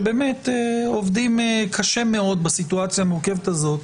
שבאמת עובדים קשה מאוד בסיטואציה המורכבת הזאת,